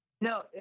No